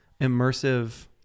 immersive